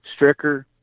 Stricker